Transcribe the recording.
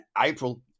April